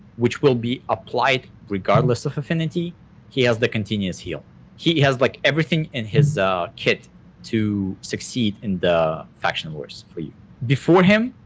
which will be applied regardless of affinity he has the continuous heal he has like everything in his ah kit to succeed in the faction wars for you before him,